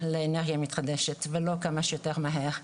כמה שיותר לאנרגיה מתחדשת ולא כמה שיותר מהר,